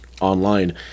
online